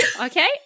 okay